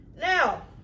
Now